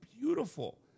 beautiful